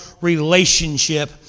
relationship